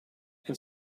and